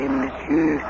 monsieur